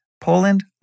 Poland